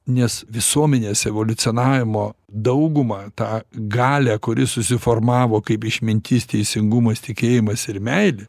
nes visuomenės evoliucionavimo daugumą tą galią kuri susiformavo kaip išmintis teisingumas tikėjimas ir meilė